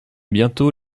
bientôt